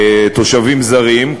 תושבים זרים,